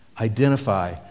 Identify